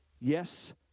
yes